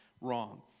wrong